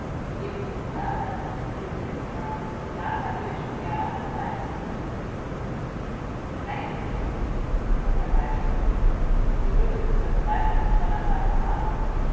geben sie nur erst das büchelchen her nachher will ich schon gern auf die seite treten heinrich rief felicitas herbeispringend sie rüttelte verzweiflungsvoll an seinem arme